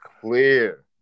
clear